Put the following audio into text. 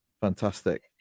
fantastic